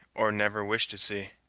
or never wish to see.